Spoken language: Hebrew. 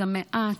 אז המעט,